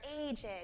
aged